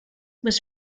was